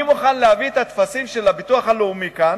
אני מוכן להביא את הטפסים של הביטוח הלאומי לכאן,